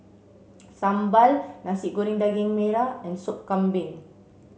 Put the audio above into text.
Sambal Nasi Goreng Daging Merah and Sup Kambing